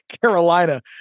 Carolina